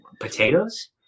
potatoes